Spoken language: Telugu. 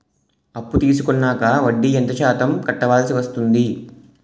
అప్పు తీసుకున్నాక వడ్డీ ఎంత శాతం కట్టవల్సి వస్తుంది?